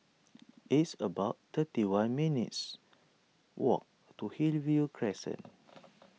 it's about thirty one minutes' walk to Hillview Crescent